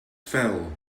fell